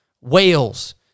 whales